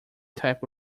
type